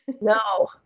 No